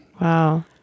Wow